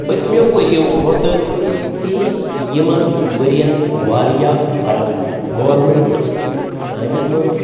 پٔتمیو ؤریو کھۄتہٕ پیٚیہِ یِمَن ؤرۍ یَن واریاہ فرکھ گورمینٹ کامٮ۪ن منٛز